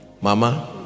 Mama